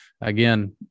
again